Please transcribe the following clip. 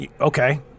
Okay